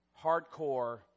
hardcore